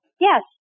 Yes